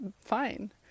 fine